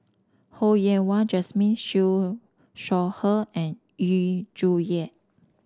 Ho Yen Wah Jesmine Siew Shaw Her and Yu Zhuye